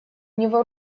него